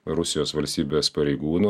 rusijos valstybės pareigūnų